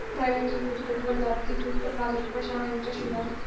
private equity పెట్టుబడిదారుడికి crypto ప్రాజెక్టులపై శానా ఇంట్రెస్ట్ వుండాది